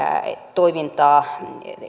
toimintaa